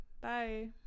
bye